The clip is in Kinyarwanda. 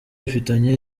ufitanye